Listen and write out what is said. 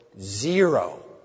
Zero